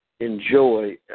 enjoy